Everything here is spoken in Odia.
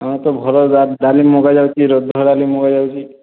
ଆମର ତ ଘରେ ଯାହା ଡାଲି ମଗାଯାଉଛି ଡାଲି ମଗାଯାଉଛି